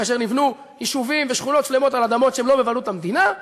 כאשר נבנו יישובים ושכונות שלמות על אדמות שהן לא בבעלות המדינה,